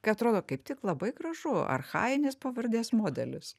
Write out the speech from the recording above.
kai atrodo kaip tik labai gražu archajinis pavardės modelis